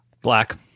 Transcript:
Black